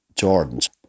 Jordans